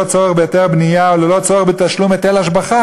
צורך בהיתר בנייה וללא צורך בתשלום היטל השבחה,